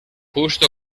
justo